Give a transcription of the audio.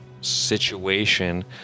situation